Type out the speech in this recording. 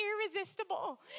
irresistible